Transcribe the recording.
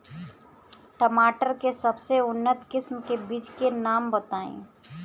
टमाटर के सबसे उन्नत किस्म के बिज के नाम बताई?